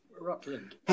Rutland